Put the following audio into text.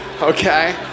okay